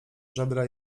żebra